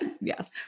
Yes